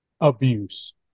abuse